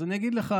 אז אני אגיד לך,